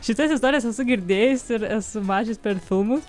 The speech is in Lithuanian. šitas istorijas esu girdėjus ir esu mačius per filmus